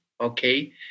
okay